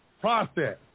process